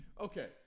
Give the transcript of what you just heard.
Okay